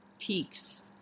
peaks